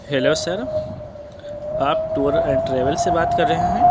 hello sir آپ tour and travel سے بات کر رہے ہیں